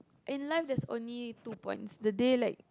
in life there's only two points the day like